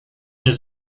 his